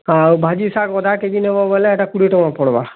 ଆଉ ଭାଜି ଶାଗ୍ ଅଧା କେଜି ନେବ ବେଲେ ହେ'ଟା କୁଡ଼ିଏ ଟଙ୍କା ପଡ଼୍ବା